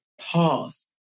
pause